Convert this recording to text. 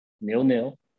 Nil-nil